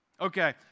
Okay